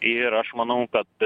ir aš manau kad